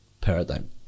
paradigm